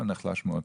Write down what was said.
נחלש מאוד.